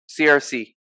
crc